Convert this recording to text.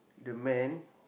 the man